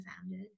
founded